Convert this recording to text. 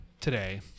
today